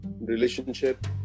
relationship